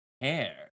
hair